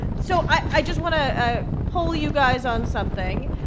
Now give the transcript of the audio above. so i just want to ah poll you guys on something.